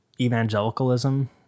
evangelicalism